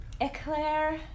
Eclair